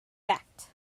fact